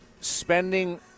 spending